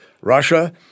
Russia